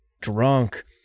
drunk